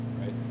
right